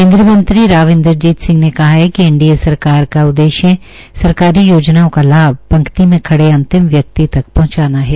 केन्द्रीय मंत्री राव इन्द्रजीत सिह ने कहा कि एनडीए सरकार का उद्देश्य सरकारी योजनाओं का लाभ पक्ति में खड़े अंतिम व्यक्ति तक पहंचाना है